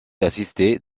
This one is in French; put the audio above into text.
assistée